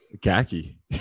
Khaki